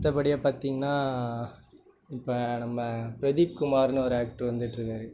அடுத்தபடியாக பார்த்திங்கனா இப்போ நம்ம பிரதீப் குமாருன்னு ஒரு ஆக்டரு வந்துட்டிருக்காரு